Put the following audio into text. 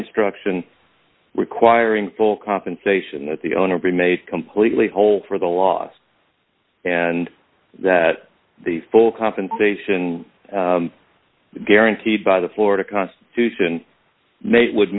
instruction requiring full compensation that the owner be made completely whole for the loss and that the full compensation guaranteed by the florida constitution